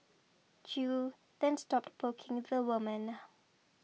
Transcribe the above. Chew then stopped poking the woman